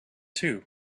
too